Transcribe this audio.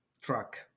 truck